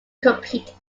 compete